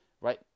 right